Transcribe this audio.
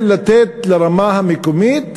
לתת לרמה המקומית,